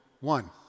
one